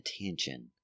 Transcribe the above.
attention